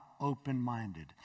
open-minded